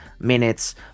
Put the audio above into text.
minutes